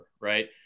right